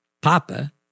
Papa